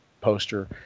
poster